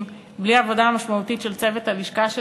בלי העבודה המשמעותית של צוות הלשכה שלי,